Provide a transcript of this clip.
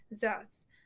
Thus